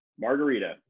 margarita